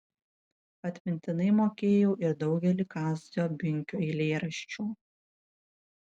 atmintinai mokėjau ir daugelį kazio binkio eilėraščių